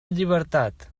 llibertat